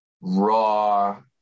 raw